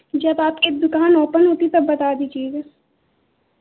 जब आपकी दुकान ओपन होती है तब बता दीजिएगा